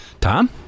Tom